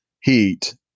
heat